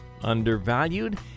undervalued